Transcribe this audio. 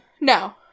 No